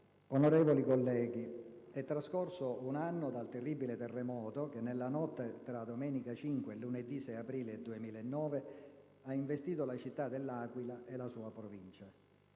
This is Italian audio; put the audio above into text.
Onorevoli colleghi, è trascorso un anno dal terribile terremoto che, nella notte tra domenica 5 e lunedì 6 aprile 2009, ha investito la città dell'Aquila e la sua provincia.